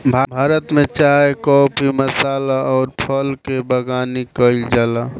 भारत में चाय काफी मसाल अउर फल के बगानी कईल जाला